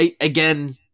Again